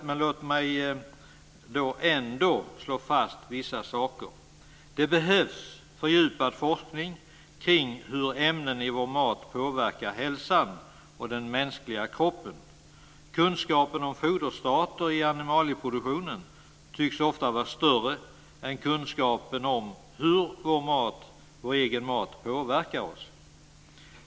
Men låt mig ändå slå fast vissa saker. Det behövs fördjupad forskning kring hur ämnen i vår mat påverkar hälsan och den mänskliga kroppen. Kunskapen om foderstater i animalieproduktionen tycks ofta vara större än kunskapen om hur vår egen mat påverkar oss.